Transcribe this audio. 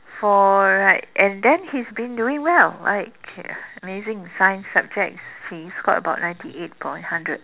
for right and then he's been doing well like amazing science subjects he scored about ninety eight upon hundred